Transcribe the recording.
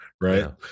Right